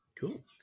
Cool